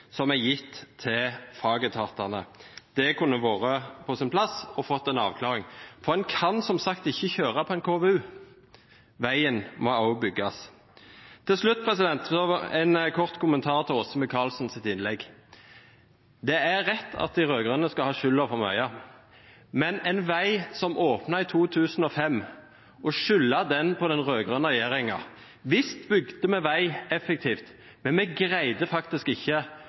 som er gitt til fagetatene? Det kunne vært på sin plass å få en avklaring. For en kan som sagt ikke kjøre på en KVU, veien må også bygges. Til slutt en kort kommentar til Åse Michaelsens innlegg: Det er rett at de rød-grønne skal ha skylden for mye, men en vei som åpnet i 2005 – å gi den rød-grønne regjeringen skylden for den! Visst bygde vi vei effektivt, men vi greide faktisk ikke